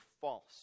false